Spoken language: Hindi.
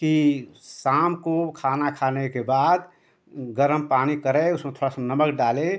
कि शाम को खाना खाने के बाद गर्म पानी करे उसमें थोड़ा सा नमक डाले